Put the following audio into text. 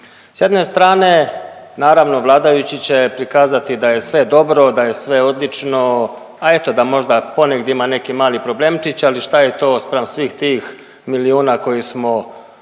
S jedne strane naravno vladajući će prikazati da je sve dobro, da je sve odlično, a eto da možda ponegdje ima neki mali problemčić, ali šta je to spram svih tih milijuna koje smo donijeli